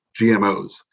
GMOs